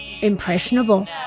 impressionable